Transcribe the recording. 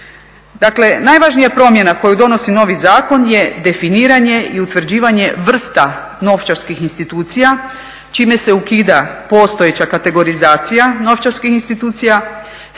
Dakle, najvažnija promjena koju donosi novi zakon je definiranje i utvrđivanje vrsta novčarskih institucija čime se ukida postojeća kategorizacija novčarskih institucija